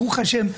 ברוך השם,